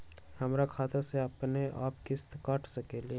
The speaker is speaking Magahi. हमर खाता से अपनेआप किस्त काट सकेली?